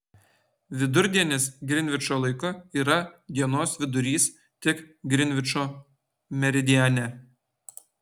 vidurdienis grinvičo laiku yra dienos vidurys tik grinvičo meridiane